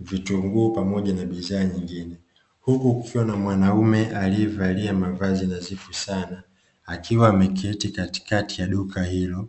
vitunguu, pamoja na bidhaa nyingine huku kukiwa na mwanamume aliyevalia mavazi na zifu sana akiwa ameketi katikati ya duka hilo,